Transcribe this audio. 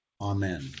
Amen